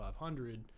500